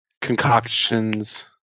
concoctions